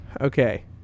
okay